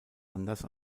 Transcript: anders